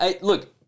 Look